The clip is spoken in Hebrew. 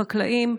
חקלאים,